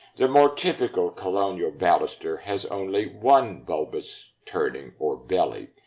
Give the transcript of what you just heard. the more typical colonial baluster has only one bulbous turning or belly,